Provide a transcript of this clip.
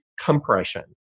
Compression